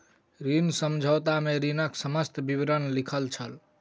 ऋण समझौता में ऋणक समस्त विवरण लिखल छल